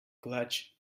clutch